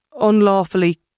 unlawfully